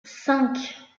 cinq